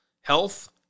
health